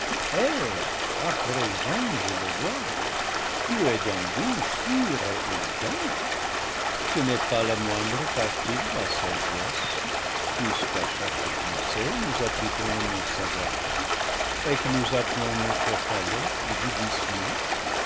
à présent je le vois tu es d'un goût sûr et élégant ce n'est pas la moindre partie de la sagesse puisque à chaque pensée nous appliquons le mot saveur et que nous appelons notre palais judicieux